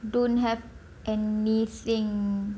don't have anything